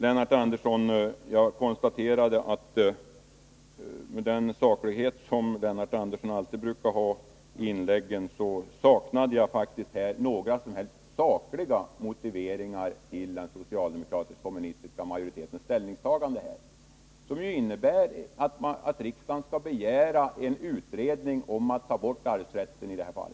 Lennart Andersson brukar alltid vara saklig i sina inlägg, men jag konstaterade att det nu saknades sakliga motiveringar till den socialdemokratiska och kommunistiska majoritetens ställningstagande, som innebär att riksdagen skall begära en utredning om arvsrättens borttagande i detta fall.